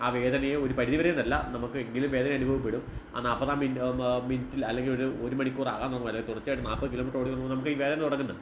ആ വേദനയെ ഒരു പരിധി വരെ എന്നല്ല നമുക്ക് എങ്കിലും വേദന അനുഭവപ്പെടും ആ നാൽപ്പതാം മി മിനിറ്റിൽ അല്ലെങ്കിൽ ഒരു ഒരു മണിക്കൂർ ആകാനുള്ള അല്ലെങ്കിൽ തുടർച്ചയായിട്ട് നാൽപ്പത് കിലോമീറ്റർ ഓടുമ്പോൾ നമുക്ക് വേദന തുടങ്ങുന്നത്